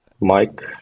Mike